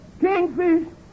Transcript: Kingfish